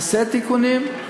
נעשה תיקונים.